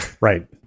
Right